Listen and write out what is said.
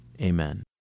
Amen